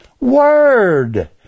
word